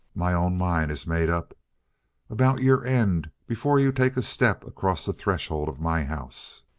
my own mind is made up about your end before you take a step across the threshold of my house.